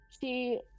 she-